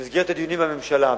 במסגרת הדיונים בממשלה,